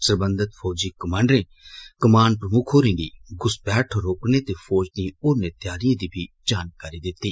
सरबंघत फौजी कमांडरें कमान प्रमुख होरें गी घूसपैठ रोकने ते फौज दियें होरनें तैयारियें दी बी जानकारी दित्ती